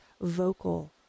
vocal